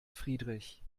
friedrich